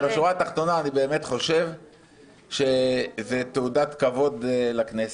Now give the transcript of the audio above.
בשורה תחתונה אני באמת חושב שזו תעודת כבוד לכנסת.